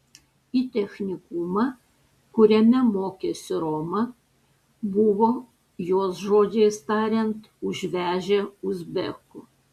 į technikumą kuriame mokėsi roma buvo jos žodžiais tariant užvežę uzbekų